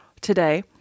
today